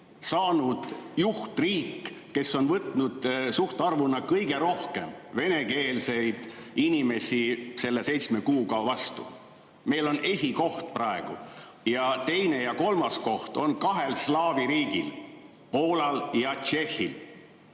saanud juhtriik, kes on võtnud suhtarvuna kõige rohkem venekeelseid inimesi selle seitsme kuuga vastu. Meil on esikoht praegu ja teine ja kolmas koht on kahel slaavi riigil – Poolal ja Tšehhil.